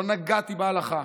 לא נגעתי בהלכה.